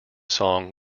song